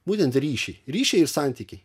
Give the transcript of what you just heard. būtent ryšiai ryšiai ir santykiai